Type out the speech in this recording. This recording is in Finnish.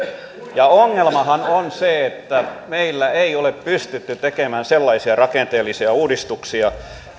ongelmahan on se että meillä ei ole pystytty tekemään sellaisia rakenteellisia uudistuksia